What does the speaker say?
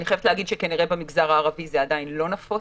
אני חייבת להגיד שכנראה במגזר הערבי זה עדיין לא נפוץ.